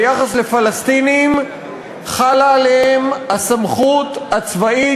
ביחס לפלסטינים חלה עליהם הסמכות הצבאית